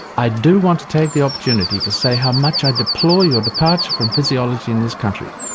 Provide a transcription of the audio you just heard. i do want to take the opportunity to say how much i deplore your departure from physiology in this country.